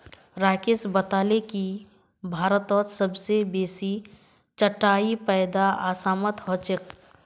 राकेश बताले की भारतत सबस बेसी चाईर पैदा असामत ह छेक